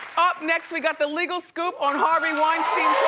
up next, we got the legal scoop on harvey weinstein